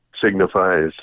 signifies